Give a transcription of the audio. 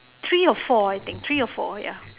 three or four I think three or four ya